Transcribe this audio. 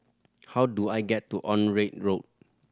how do I get to Onraet Road